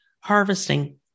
harvesting